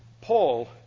Paul